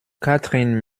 katrin